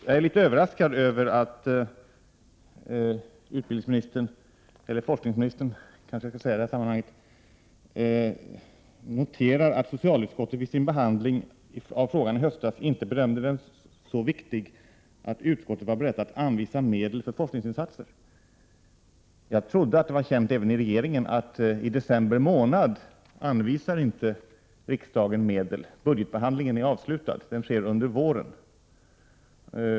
Jag ärlitet överraskad över att utbildningsministern, eller forskningsministern kanske jag skall säga i det här sammanhanget, noterar att socialutskottet vid sin behandling av frågan i höstas inte bedömde den som så viktig att utskottet var berett att anvisa medel för forskningsinsatser. Jag trodde att det var känt även inom regeringen att riksdagen inte anvisar några medel i december månad. Budgetbehandlingen är avslutad. Den sker under våren.